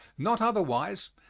not otherwise,